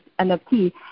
NFT